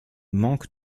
manque